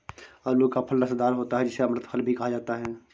आलू का फल रसदार होता है जिसे अमृत फल भी कहा जाता है